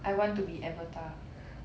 I want to be avatar